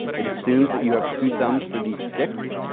it assumes that you have two thumbs for these sticks.